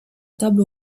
table